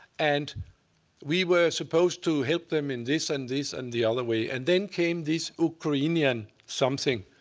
and we were supposed to help them in this, and this, and the other way. and then came this ukranian something,